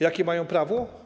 Jakie mają prawo?